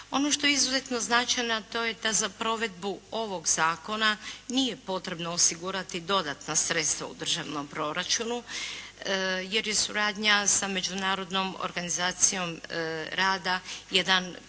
Ono što je izuzetno značajno a to je da za provedbu ovog zakona nije potrebno osigurati dodatna sredstva u državnom proračunu jer je suradnja sa Međunarodnom organizacijom rada jedan